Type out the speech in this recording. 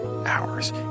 hours